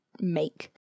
make